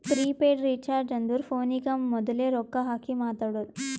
prepaid recharge ಅಂದುರ್ ಫೋನಿಗ ಮೋದುಲೆ ರೊಕ್ಕಾ ಹಾಕಿ ಮಾತಾಡೋದು